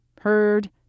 heard